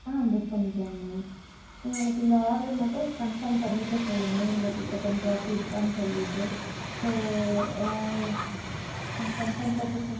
ஆ book பண்ணிக்கலாங் ma'am நீங்கள் எனக்கு இந்த ஆட்ரை மட்டும் கன்ஃபார்ம் பண்ணிவிட்டு சொல்லுங்க இந்த பிக்கப் அண்ட் ட்ராப் இருக்கானு சொல்லிட்டு ஸோ உங்கள் எனக்கு கன்ஃபார்ம் பண்ணிட்டு சொல்